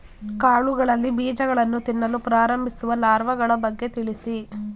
ಕಾಳುಗಳಲ್ಲಿ ಬೀಜಗಳನ್ನು ತಿನ್ನಲು ಪ್ರಾರಂಭಿಸುವ ಲಾರ್ವಗಳ ಬಗ್ಗೆ ತಿಳಿಸಿ?